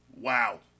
wow